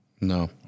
No